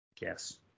Yes